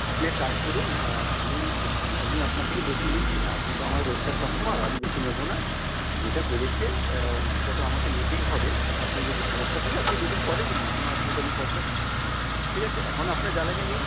আপনি এক কাজ করুন আমি অ্যাকচুয়ালি আমি আপনার থেকে বেশি নিচ্ছি না আপনি তো আমার রোজকার কাস্টোমার আমি বেশি নেবো না যেটা বেড়েছে সেটা তো আমাকে নিতেই হবে এ আপনি যদি সমস্যা থাকে আপনি দু দিন পরে দিন না কোনো অসুবিধা নেই পয়সা ঠিক আছে এখন আপনার যা লাগে নিন